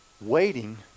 Waiting